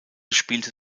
spielte